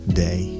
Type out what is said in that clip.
day